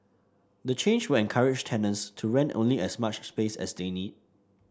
the change will encourage tenants to rent only as much space as they need